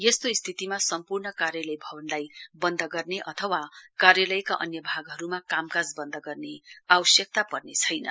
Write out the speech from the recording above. यस्तो स्थितिमा सम्पूर्ण कार्यालय भवनलाई बन्द गर्ने अथवा कार्यालयका अन्य भागहरूमा कामकाज बन्द गर्ने आवश्यक्ता पर्नेछैन